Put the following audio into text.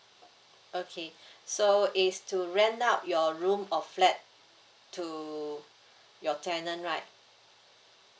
okay so is to rent up your room or flat to your tenant right